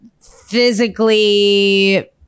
physically